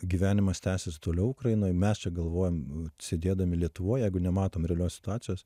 gyvenimas tęsias toliau ukrainoj mes čia galvojam sėdėdami lietuvoj jeigu nematom realios situacijos